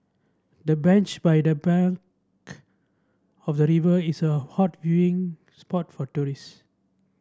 the bench by the bank of the river is a hot viewing spot for tourist